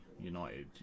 United